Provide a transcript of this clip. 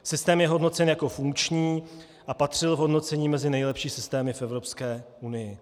Systém je hodnocen jako funkční a patřil v hodnocení mezi nejlepší systémy v Evropské unii.